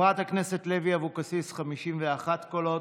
51 קולות,